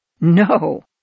No